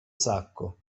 sacco